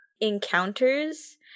encounters